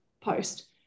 post